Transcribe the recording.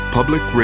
Public